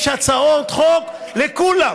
יש הצעות חוק לכולם,